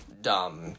dumb